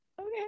Okay